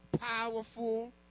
powerful